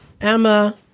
Emma